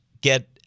get